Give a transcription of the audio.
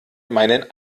meinen